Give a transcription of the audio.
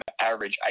average